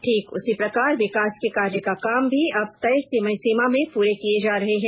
ठीक उसी प्रकार विकास के कार्य के काम भी अब तय समय सीमा में पूरे किए जा रहे हैं